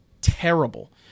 terrible